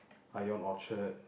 Ion-Orchard